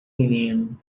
menino